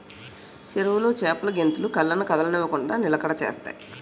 చెరువులో చేపలు గెంతులు కళ్ళను కదలనివ్వకుండ నిలకడ చేత్తాయి